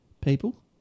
people